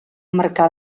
marcar